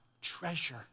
treasure